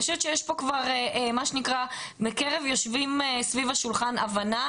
אני חושבת שיש פה כבר מה שנקרא בקרב היושבים סביב השולחן הבנה,